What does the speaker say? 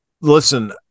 listen